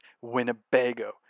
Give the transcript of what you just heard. Winnebago